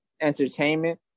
entertainment